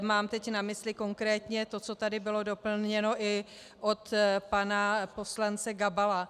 Mám teď na mysli konkrétně to, co tady bylo doplněno i od pana poslance Gabala.